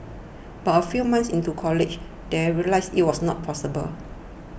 but a few months into college they realised it was not possible